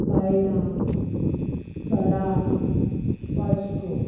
Baina Sada Vasco